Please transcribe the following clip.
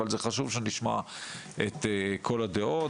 אבל זה חשוב שנשמע את כל הדעות.